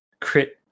crit